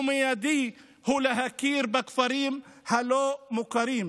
ומייד, הוא להכיר בכפרים הלא-מוכרים.